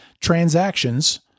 transactions